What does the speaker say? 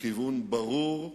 בכיוון ברור,